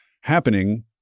happening